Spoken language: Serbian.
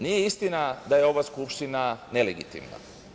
Nije istina da je ova Skupština nelegitimna.